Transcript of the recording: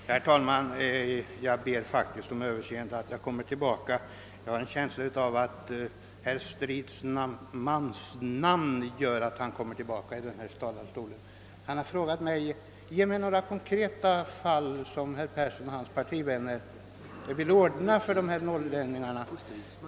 Herr talman! Jag ber om överseende med att jag kommer igen. Jag har en känsla av att herr Stridsmans namn gör att han ständigt kommer tillbaka i denna talarstol. Herr Stridsman har anmodat mig att nämna några konkreta förslag som jag och mina partivänner vill genomföra för de här norrlänningarna.